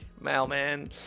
mailman